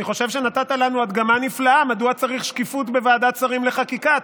אני חושב שנתת לנו הדגמה נפלאה מדוע צריך שקיפות בוועדת שרים לחקיקה.